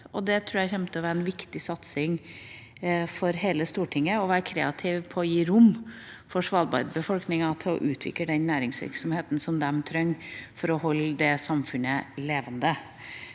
jeg kommer til å være en viktig satsing for hele Stortinget, å være kreativ med å gi Svalbards befolkning rom for å utvikle den næringsvirksomheten de trenger for å holde det samfunnet levende.